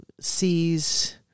sees